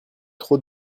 trop